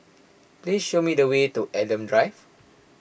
please show me the way to Adam Drive